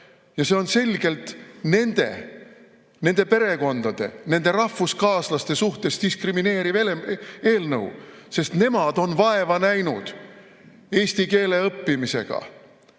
–, see on selgelt nende, nende perekondade, nende rahvuskaaslaste suhtes diskrimineeriv eelnõu, sest nemad on vaeva näinud eesti keele õppimisega,